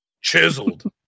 Chiseled